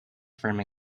firm